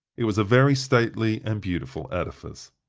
it was a very stately and beautiful edifice.